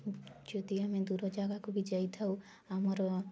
ଯଦି ଆମେ ଦୂର ଜାଗାକୁ ବି ଯାଇଥାଉ ଆମର